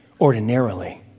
ordinarily